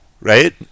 right